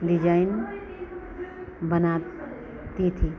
design बनाती थी